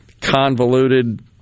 convoluted